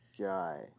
guy